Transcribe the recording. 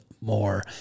more